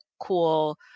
cool